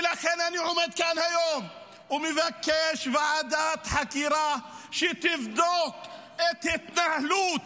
ולכן אני עומד כאן היום ומבקש ועדת חקירה שתבדוק את התנהלות